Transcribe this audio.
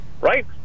right